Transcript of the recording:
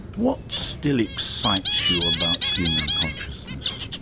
what still excites you about human consciousness?